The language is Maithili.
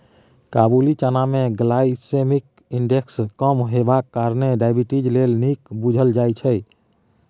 काबुली चना मे ग्लाइसेमिक इन्डेक्स कम हेबाक कारणेँ डायबिटीज लेल नीक बुझल जाइ छै